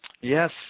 Yes